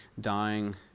dying